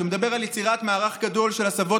שמדבר על יצירת מערך גדול של הסבות